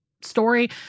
story